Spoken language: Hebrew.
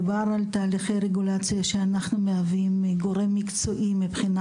מדובר על תהליכי רגולציה שאנחנו מהווים גורם מקצועי מבחינה